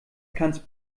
kannst